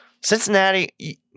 Cincinnati